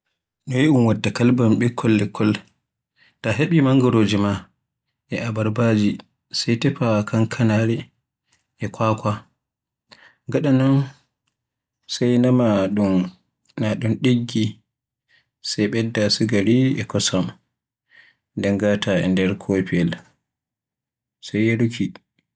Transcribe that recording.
Noy un watta kalban ɓikkol lekkol. Ta heɓi mangoroje maa e abarbaaji, sai tefa kankanaare, e kwakwa, daga ɗon sai naama na ɗun ɗiggi sai ɓeyda sugari e kosam nden ngata e nder kofiyel sai yaruuki.